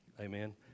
Amen